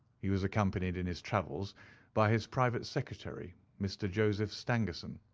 he was accompanied in his travels by his private secretary, mr. joseph stangerson.